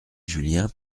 julien